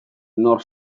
nork